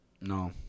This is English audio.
No